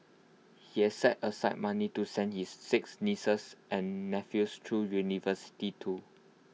he has set aside money to send his six nieces and nephews through university too